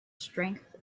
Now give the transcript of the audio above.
strength